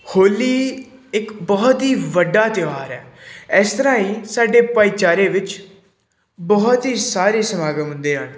ਹੋਲੀ ਇੱਕ ਬਹੁਤ ਹੀ ਵੱਡਾ ਤਿਉਹਾਰ ਹੈ ਇਸ ਤਰ੍ਹਾਂ ਹੀ ਸਾਡੇ ਭਾਈਚਾਰੇ ਵਿੱਚ ਬਹੁਤ ਹੀ ਸਾਰੇ ਸਮਾਗਮ ਹੁੰਦੇ ਹਨ